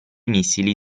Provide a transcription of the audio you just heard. missili